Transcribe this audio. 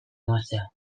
emaztea